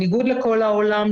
בניגוד לכל העולם,